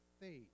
faith